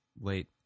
late